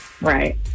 right